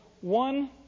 one